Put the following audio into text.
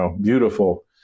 beautiful